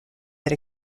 that